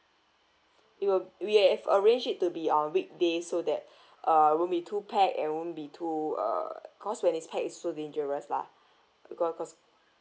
it will we have arrange it to be on weekdays so that uh won't be too pack and won't be too uh cause when it's pack it's so dangerous lah cause cause